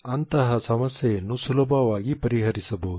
ಅಂತಹ ಸಮಸ್ಯೆಯನ್ನು ಸುಲಭವಾಗಿ ಪರಿಹರಿಸಬಹುದು